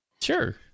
Sure